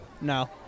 no